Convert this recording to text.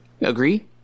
Agree